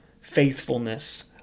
faithfulness